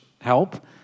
help